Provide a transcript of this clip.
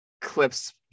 clips